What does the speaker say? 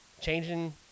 changing